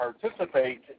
participate